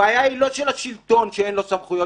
הבעיה היא לא של השלטון שאין לו סמכויות,